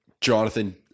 Jonathan